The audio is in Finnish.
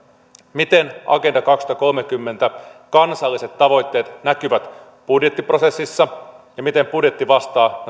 miten agenda kaksituhattakolmekymmentä kansalliset tavoitteet näkyvät budjettiprosessissa ja miten budjetti vastaa